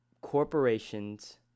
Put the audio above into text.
corporations